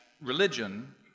religion